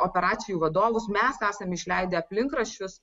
operacijų vadovus mes esam išleidę aplinkraščius